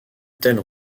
telle